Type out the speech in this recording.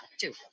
Two